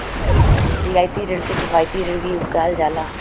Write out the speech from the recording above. रियायती रिण के किफायती रिण भी कहल जाला